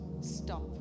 stop